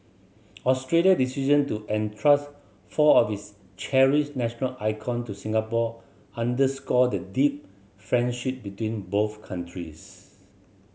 Australia's decision to entrust four of its cherished national icon to Singapore underscore the deep friendship between both countries